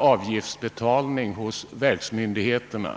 av <avgiftsbetalningen hos verksmyndigheterna.